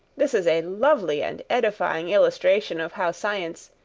this is a lovely and edifying illustration of how science,